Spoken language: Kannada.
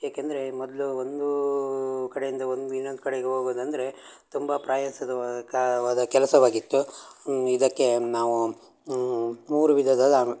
ಏಕೆಂದರೆ ಮೊದಲು ಒಂದು ಕಡೆಯಿಂದ ಒಂದು ಇನ್ನೊಂದು ಕಡೆಗೆ ಹೋಗುದಂದ್ರೆ ತುಂಬ ಪ್ರಾಯಸದವ ಕಾ ವಾದ ಕೆಲಸವಾಗಿತ್ತು ಇದಕ್ಕೆ ನಾವು ಮೂರು ವಿಧದ